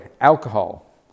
alcohol